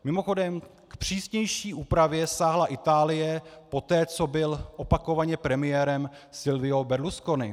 Mimochodem k přísnější úpravě sahala Itálie poté, co byl opakovaně premiérem Silvio Berlusconi.